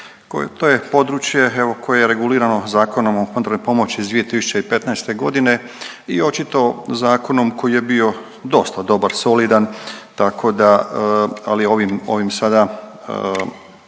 to je područje, evo koje je regulirano Zakonom o humanitarnoj pomoći iz 2015.g. i očito zakonom koji je bio dosta dobar i solidan, tako da,